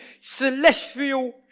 celestial